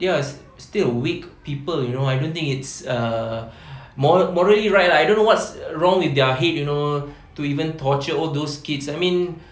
they are still weak people you know I don't think it's err moral morally right lah I don't know what's wrong with their head you know to even torture all those kids I mean